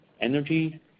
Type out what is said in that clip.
energy